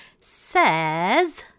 says